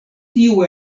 tiu